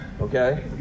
okay